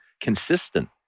consistent